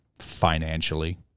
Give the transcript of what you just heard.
financially